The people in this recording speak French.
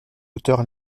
auteur